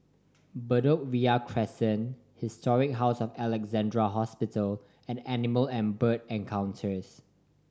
Bedok Ria Crescent Historic House of Alexandra Hospital and Animal and Bird Encounters